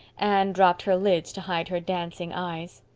anne dropped her lids to hide her dancing eyes.